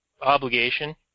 Obligation